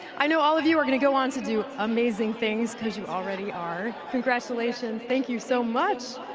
i know all of you are gonna go on to do amazing things because you already are. congratulations, thank you so much.